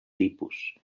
tipus